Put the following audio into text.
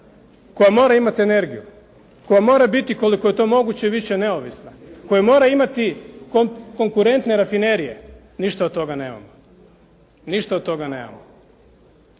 koja mora imati energiju. Koja mora biti koliko je to moguće više, neovisna. Koja mora imati konkurentne rafinerije. Ništa od toga nemamo. Ništa od toga nemamo.